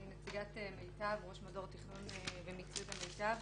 אני נציגת מיט"ב ראש מדור תכנון ומיצוי במיט"ב.